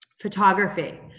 photography